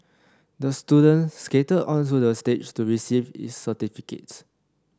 the student skated onto the stage to receive his certificate